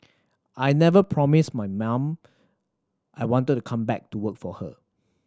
I never promised my ma'am I wanted to come back to work for her